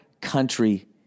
country